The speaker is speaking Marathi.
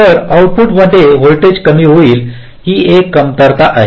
तर आऊटपुटमध्ये व्होल्टेज कमी होईल ही एक कमतरता आहे